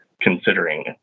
considering